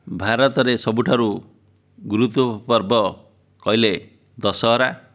ଭାରତରେ ସବୁଠାରୁ ଗୁରୁତ୍ଵ ପର୍ବ କହିଲେ ଦଶହରା